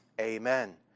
amen